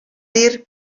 dir